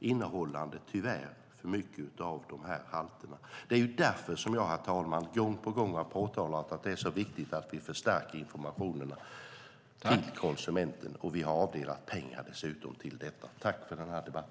innehåller den tyvärr för höga halter av dessa gifter. Det är därför som jag gång på gång har påpekat att det är så viktigt att vi förstärker informationen till konsumenterna och att vi dessutom har avdelat pengar till detta.